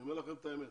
אני אומר לכם את האמת,